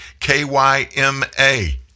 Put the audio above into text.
KYMA